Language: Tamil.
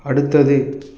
அடுத்தது